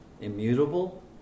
immutable